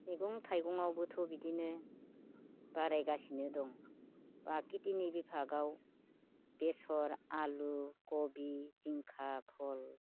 मेगं थाइगङावबोथ' बिदिनो बारायगासिनो दं एबा खेतिनि बिभागाव बेसर आलु कबि जिंखा भल